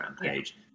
page